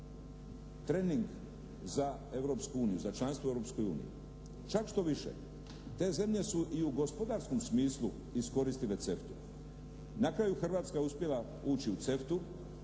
Europskoj uniji. Čak štoviše, te zemlje su i u gospodarskom smislu iskoristile CEFTA-u. Na kraju, Hrvatska je uspjela ući u